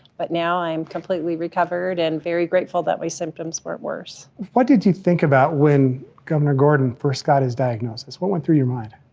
but now i'm completely recovered, and very grateful that my symptoms weren't worse. what did you think about when governor gordon first got his diagnosis, what went through your mind?